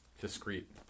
Discrete